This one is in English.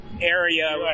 area